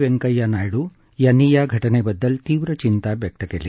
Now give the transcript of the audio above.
वेंकय्या नायडू यांनी या घटनेबद्दल तीव्र चिंता व्यक्त केली